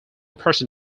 person